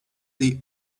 they